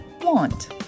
want